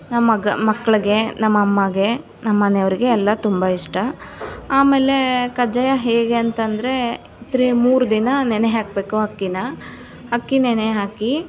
ನಮ್ಮ ಮಕ್ಳಿಗೆ ನಮ್ಮ ಅಮ್ಮಗೆ ನಮ್ಮ ಮನೆಯವ್ರಿಗೆ ಎಲ್ಲ ತುಂಬ ಇಷ್ಟ ಆಮೇಲೆ ಕಜ್ಜಾಯ ಹೇಗೆ ಅಂತಂದ್ರೆ ಮೂರು ದಿನ ನೆನೆ ಹಾಕಬೇಕು ಅಕ್ಕಿನ ಅಕ್ಕಿ ನೆನೆ ಹಾಕಿ